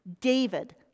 David